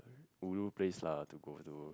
ulu place lah to go to